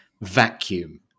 vacuum